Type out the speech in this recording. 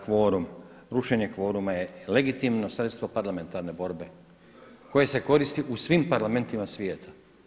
Kvorum, rušenje kvoruma je legitimno sredstvo parlamentarne borbe koje se koristi u svim parlamentima svijeta.